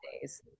days